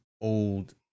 old